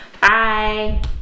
Bye